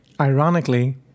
Ironically